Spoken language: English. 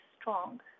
strong